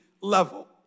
level